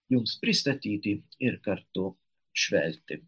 jums pristatyti ir kartu žvelgti